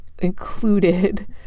included